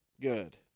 Good